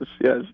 yes